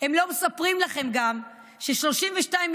כנראה שזה נשאר בסינגפור.